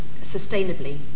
sustainably